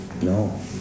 No